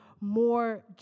more